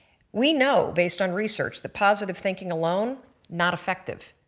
we know based on research the positive thinking alone not effective.